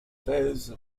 fez